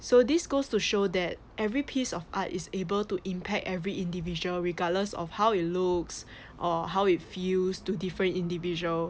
so this goes to show that every piece of art is able to impact every individual regardless of how it looks or how it feels to different individual